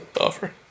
offer